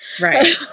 Right